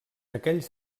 aquells